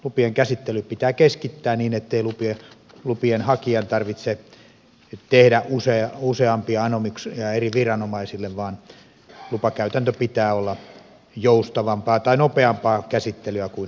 lupien käsittely pitää keskittää niin ettei lupien hakijan tarvitse tehdä useampia anomuksia eri viranomaisille vaan lupakäytännön pitää olla joustavampaa tai nopeampaa käsittelyä kuin tällä hetkellä